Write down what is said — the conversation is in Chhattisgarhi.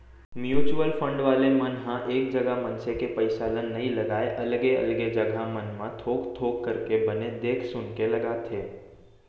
म्युचुअल फंड वाले मन ह एक जगा मनसे के पइसा ल नइ लगाय अलगे अलगे जघा मन म थोक थोक करके बने देख सुनके लगाथे